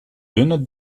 dunne